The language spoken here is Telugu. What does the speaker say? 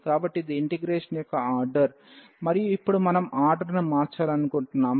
కాబట్టి ఇది ఇంటిగ్రేషన్ యొక్క ఆర్డర్ మరియు ఇప్పుడు మనం ఆర్డర్ను మార్చాలనుకుంటున్నాము